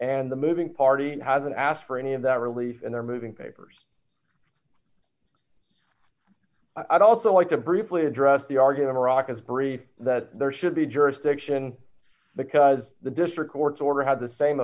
and the moving party hasn't asked for any of that relief and they're moving papers i'd also like to briefly address the argument iraq is brief that there should be jurisdiction because the district court's order had the same